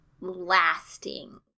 lasting